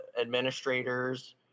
administrators